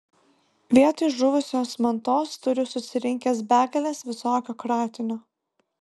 vietoj žuvusios mantos turiu susirinkęs begales visokio kratinio